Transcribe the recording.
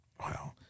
Wow